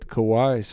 Kawhi